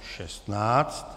16.